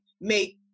make